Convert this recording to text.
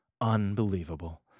unbelievable